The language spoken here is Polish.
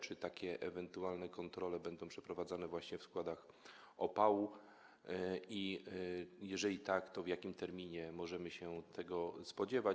Czy takie ewentualne kontrole będą przeprowadzane właśnie w składach opału, a jeżeli tak, to w jakim terminie można się tego spodziewać?